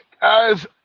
guys